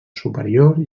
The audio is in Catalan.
superior